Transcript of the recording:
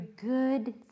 good